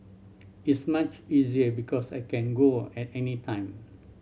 is much easier because I can go at any time